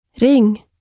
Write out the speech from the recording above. Ring